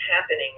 happening